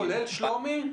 כולל שלומי?